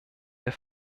der